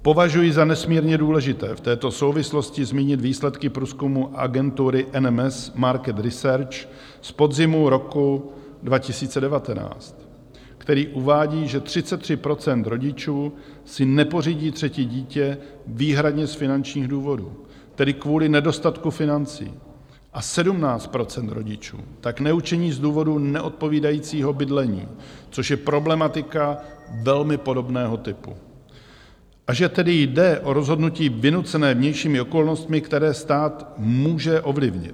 Považuji za nesmírně důležité v této souvislosti zmínit výsledky průzkumu agentury NMS Market Research z podzimu roku 2019, který uvádí, že 33 % rodičů si nepořídí třetí dítě výhradně z finančních důvodů, tedy kvůli nedostatku financí, a 17 % rodičů tak neučiní z důvodu neodpovídajícího bydlení, což je problematika velmi podobného typu, a že tedy jde o rozhodnutí vynucené vnějšími okolnostmi, které stát může ovlivnit.